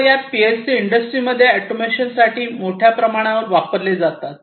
तर या पीएलसी इंडस्ट्रीमध्ये ऑटोमेशन साठी मोठ्या प्रमाणावर वापरले जातात